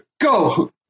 Go